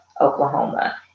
Oklahoma